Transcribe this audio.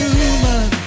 human